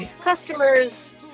customers